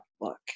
look